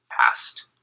past